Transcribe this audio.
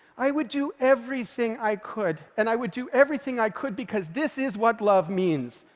i would do everything i could, and i would do everything i could because this is what love means,